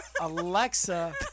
Alexa